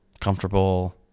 comfortable